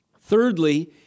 Thirdly